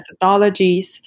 methodologies